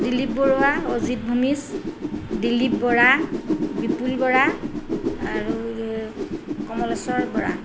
দিলীপ বৰুৱা অজিত ভমিচ দিলীপ বৰা বিপুল বৰা আৰু কমলেশ্বৰ বৰা